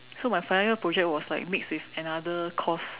so my final year project was like mix with another course